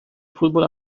futbol